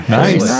Nice